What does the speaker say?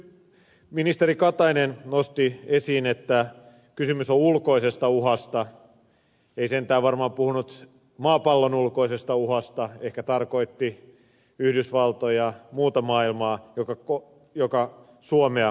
ministeri katainen nosti esiin että kysymys on ulkoisesta uhasta ei sentään varmaan puhunut maapallonulkoisesta uhasta ehkä tarkoitti yhdysvaltoja muuta maailmaa joka suomea uhkaa